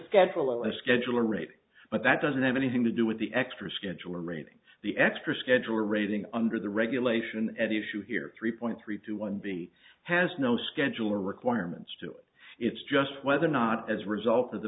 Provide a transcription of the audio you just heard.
schedule a schedule or rate but that doesn't have anything to do with the extra schedule arranging the extra schedule rating under the regulation at issue here three point three two one b has no schedule or requirements two it's just whether or not as a result of the